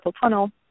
tunnel